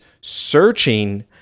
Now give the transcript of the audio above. searching